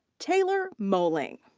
taylor moehling.